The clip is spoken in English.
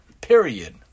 Period